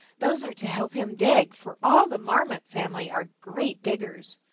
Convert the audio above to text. those are to help him dig, for all the marmot family are great diggers.